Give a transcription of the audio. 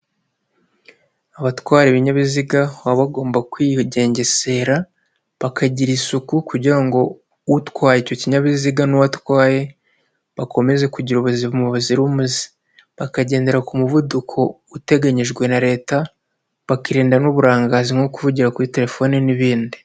Abatwara ibinyabiziga baba bagomba kwigengesera bakagira isuku kugira utwaye icyo kinyabiziga n'uwo atwaye bakomeze kugira ubuzima bazira umuze bakagendera ku muvuduko uteganyijwe na leta bakirinda n'uburangazi nko kuvugira kuri telefone n'ibindi.